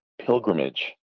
pilgrimage